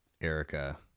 Erica